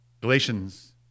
Galatians